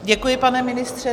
Děkuji, pane ministře.